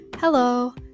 Hello